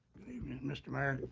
good evening, mr. mayor,